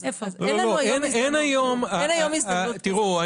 אין היום הזדמנות כזאת --- תראו,